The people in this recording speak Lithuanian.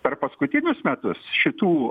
per paskutinius metus šitų